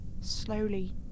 slowly